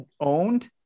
owned